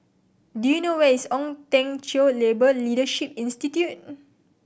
do you know where is Ong Teng Cheong Labour Leadership Institute